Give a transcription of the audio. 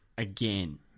Again